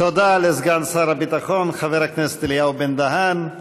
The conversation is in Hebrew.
תודה לסגן שר הביטחון חבר הכנסת אליהו בן-דהן.